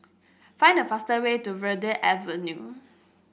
find the fastest way to Verde Avenue